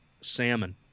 salmon